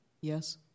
Yes